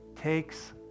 takes